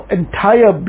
entire